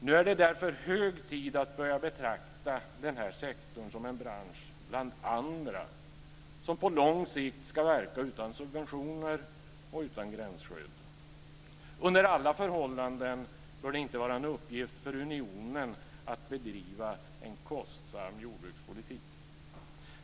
Nu är det därför hög tid att börja betrakta den här sektorn som en bransch bland andra, som på lång sikt ska verka utan subventioner och utan gränsskydd. Under alla förhållanden bör det inte vara en uppgift för unionen att bedriva en kostsam jordbrukspolitik.